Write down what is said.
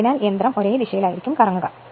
അതിനാൽ യന്ത്രം ഒരേ ദിശയിൽ കറങ്ങും